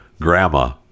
grandma